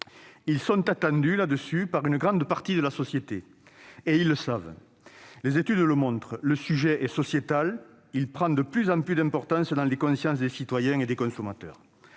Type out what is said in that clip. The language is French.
Ils sont attendus par une grande partie de la société et ils le savent. Comme le montrent les études, le sujet est sociétal et prend de plus en plus d'importance dans les consciences des citoyens et des consommateurs.